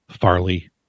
farley